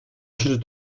schritt